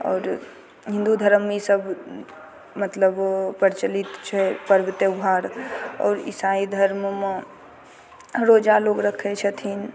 आओर हिन्दु धर्ममे ई सब मतलब प्रचलित छै पर्ब त्यौहार आओर ईसाई धर्ममे रोजा लोग रखै छथिन